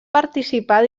participar